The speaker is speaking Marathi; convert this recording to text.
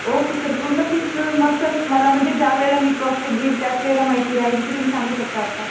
ओके सर पूर्ण फीस मिळून मग सर तुम्हाला म्हणजे ज्या वेळेला मी प्रॉस्फेट घेईल त्याच वेळेला माहिती राहील की तुम्ही सांगू शकता आत्ता